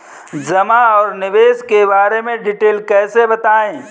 जमा और निवेश के बारे में डिटेल से बताएँ?